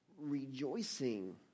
rejoicing